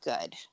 good